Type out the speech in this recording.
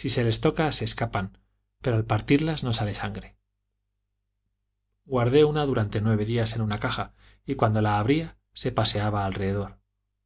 si se les toca se escapan pero al partirlas no sale sangre guardé una durante nueve días en una caja y cuando la abría se paseaba alrededor